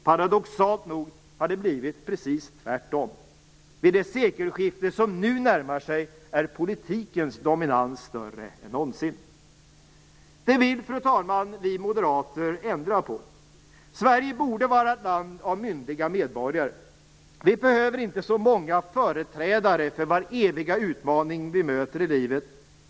Paradoxalt nog har det blivit precis tvärtom. Vid det sekelskifte som nu närmar sig är politikens dominans större än någonsin. Det vill, fru talman, vi moderater ändra på. Sverige borde vara ett land av myndiga medborgare. Vi behöver inte så många företrädare för var eviga utmaning vi möter i livet.